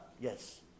yes